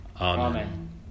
Amen